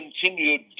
continued